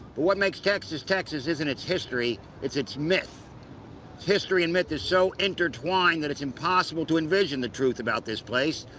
what makes texas texas isn't its history, it's its myth. its history and myth is so intertwined that it's impossible to envision the truth about this place,